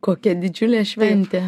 kokia didžiulė šventė